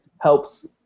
helps